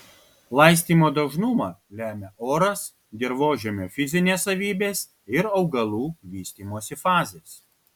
laistymo dažnumą lemia oras dirvožemio fizinės savybės ir augalų vystymosi fazės